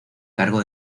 cargo